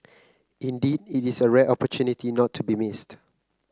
indeed it is a rare opportunity not to be missed